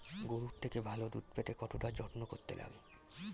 গরুর থেকে ভালো দুধ পেতে কতটা যত্ন করতে লাগে